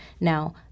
now